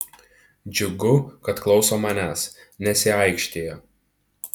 džiugu kad klauso manęs nesiaikštija